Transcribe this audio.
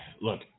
Look